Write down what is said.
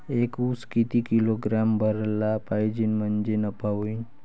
एक उस किती किलोग्रॅम भरला पाहिजे म्हणजे नफा होईन?